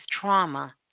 trauma